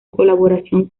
colaboración